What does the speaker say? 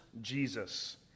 Jesus